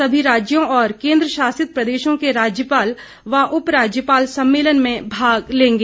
सभी राज्यों और केन्द्र शासित प्रदेशों के राज्यपाल व उप राज्यपाल सम्मेलन में भाग लेंगे